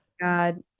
god